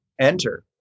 enter